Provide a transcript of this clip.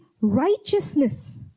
righteousness